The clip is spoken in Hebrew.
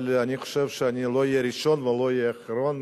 אבל אני חושב שאני לא אהיה ראשון ולא אהיה אחרון,